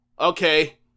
okay